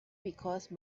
because